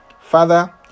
Father